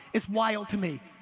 is wild to me.